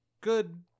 good